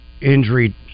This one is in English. Injury